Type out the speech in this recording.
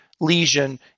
lesion